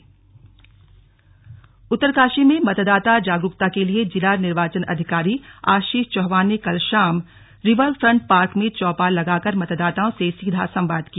slug मतदाता जागरूकता उत्तरकाशी में मतदाता जागरूकता के लिए जिला निर्वाचन अधिकारी आशीष चौहान ने कल शाम रिवर फ्रंट पार्क में चौपाल लगाकर मतदाताओं से सीधा संवाद किया